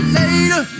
later